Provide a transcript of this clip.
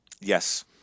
Yes